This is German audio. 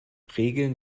regeln